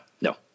no